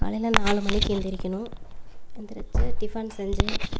காலையில் நாலு மணிக்கு எழுந்திரிக்கணும் எழுந்திரிச்சி டிஃபன் செஞ்சு